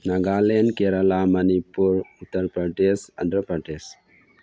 Nagaland Kerala Manipur Uttar Pradesh Andhra Pradesh